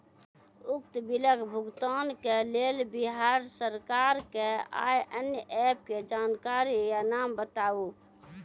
उक्त बिलक भुगतानक लेल बिहार सरकारक आअन्य एप के जानकारी या नाम बताऊ?